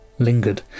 lingered